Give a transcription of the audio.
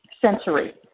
sensory